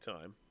time